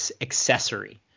accessory